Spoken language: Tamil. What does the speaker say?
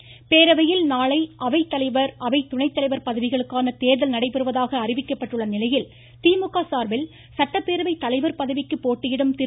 தொடர்ச்சி பேரவையில் நாளை அவை தலைவர் அவைத் துணைத்தலைவர் பதவிகளுக்கான தேர்தல் நடைபெறுவதாக அறிவிக்கப்பட்டுள்ள நிலையில் திமுக சார்பில் சட்டப்பேரவை தலைவர் பதவிக்கு போட்டியிடும் திரு